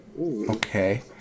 Okay